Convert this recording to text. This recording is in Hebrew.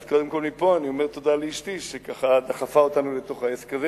אז קודם כול מפה אני אומר תודה לאשתי שככה דחפה אותנו לתוך העסק הזה,